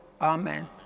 Amen